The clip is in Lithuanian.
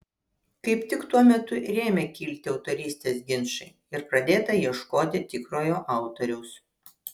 kaip tik tuo metu ir ėmė kilti autorystės ginčai ir pradėta ieškoti tikrojo autoriaus